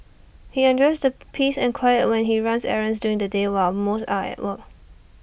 he enjoys the peace and quiet when he runs errands during the day while most are at work